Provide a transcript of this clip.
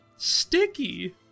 Sticky